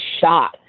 shot